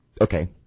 okay